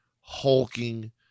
hulking